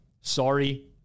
sorry